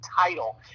title